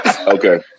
Okay